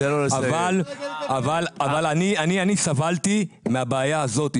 אני סבלתי מהבעיה הזאת,